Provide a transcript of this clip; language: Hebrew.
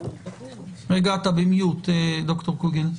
ד"ר קוגל,